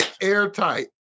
airtight